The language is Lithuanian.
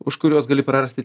už kuriuos gali prarasti